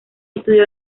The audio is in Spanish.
estudió